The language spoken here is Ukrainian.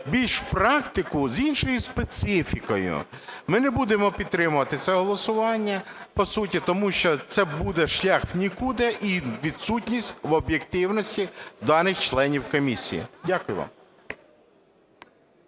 більш практику з іншою специфікою. Ми не будемо підтримувати це голосування по суті, тому що це буде шлях в нікуди і відсутність в об'єктивності даних членів комісії. Дякую вам.